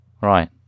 right